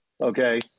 okay